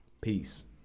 Peace